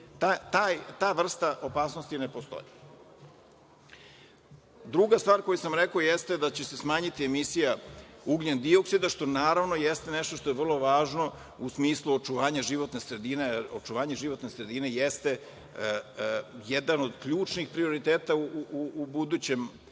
Ta vrsta opasnosti ne postoji. Druga stvar koju sam rekao jeste da će se smanjiti emisija ugljendioksida, što naravno jeste nešto što je vrlo važno u smislu očuvanja životne sredine, jer očuvanje životne sredine jeste jedan od ključnih prioriteta u budućem